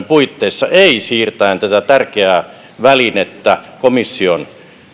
puitteissa ei siirtäen tätä tärkeää välinettä komission